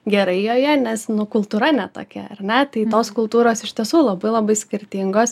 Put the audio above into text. gerai joje nes kultūra ne tokia ar ne tai tos kultūros iš tiesų labai labai skirtingos